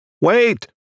Wait